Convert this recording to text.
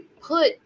put